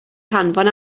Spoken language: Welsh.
hanfon